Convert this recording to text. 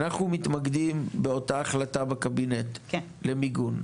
אנחנו מתמקדים באותה החלטה בקבינט למיגון?